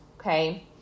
Okay